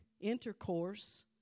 intercourse